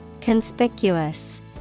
Conspicuous